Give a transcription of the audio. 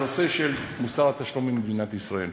הנושא של מוסר התשלומים במדינת ישראל,